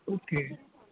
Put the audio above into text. okay